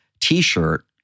T-shirt